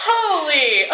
Holy